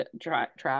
track